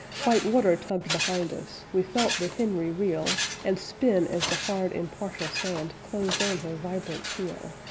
white water tugged behind us, we felt the henry reel and spin as the hard impartial sand closed on her vibrant keel.